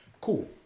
Cool